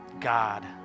God